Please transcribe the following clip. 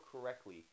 correctly